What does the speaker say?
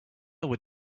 were